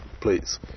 please